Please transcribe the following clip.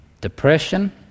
depression